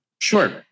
Sure